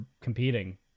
competing